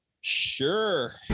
Sure